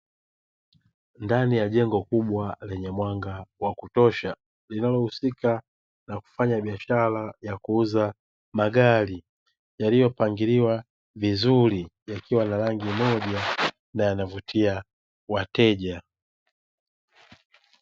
Ndani ya jengo kubwa lenye mwanga wa kutosha linalohusika na kufanya biashara ya kuuza magari, yaliyopangiliwa vizuri yakiwa na rangi moja na yanavutia wateja.